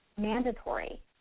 mandatory